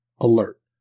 alert